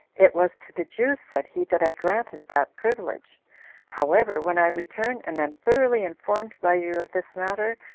it was to the jews, said he, that i granted that privilege however, when i return, and am thoroughly informed by you of this matter,